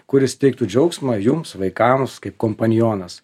kuris teiktų džiaugsmą jums vaikams kaip kompanionas